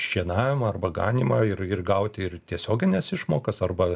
šienavimą arba ganymą ir ir gauti ir tiesiogines išmokas arba